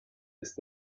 ist